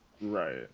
Right